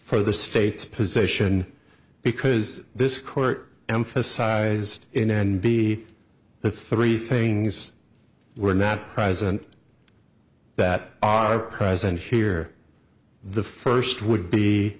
for the state's position because this court emphasized in and be the three things were not present that are present here the first would be